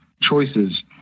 choices